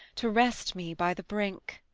to rest me by the brink!